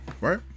right